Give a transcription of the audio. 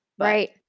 Right